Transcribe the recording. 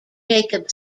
jacob